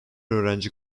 öğrenci